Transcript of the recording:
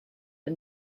and